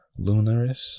Lunaris